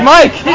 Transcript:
Mike